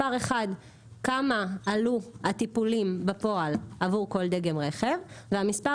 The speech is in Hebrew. כמה עלו הטיפולים בפועל עבור כל דגם רכב והמספר